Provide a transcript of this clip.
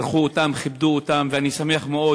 אירחו אותם, כיבדו אותם, ואני שמח מאוד